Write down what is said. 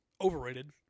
Overrated